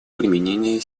применения